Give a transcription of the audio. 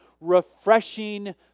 refreshing